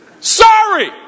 Sorry